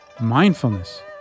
mindfulness